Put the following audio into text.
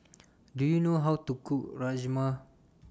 Do YOU know How to Cook Rajma